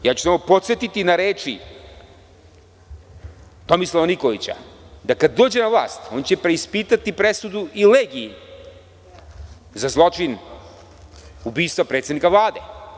Samo ću podsetiti na reči Tomislava Nikolića, da kad dođe na vlast on će preispitati presudu i Legiji za zločin ubistva predsednika Vlade.